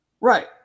Right